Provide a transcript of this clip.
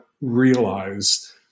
realize